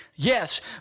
Yes